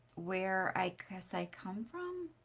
where i guess i come from.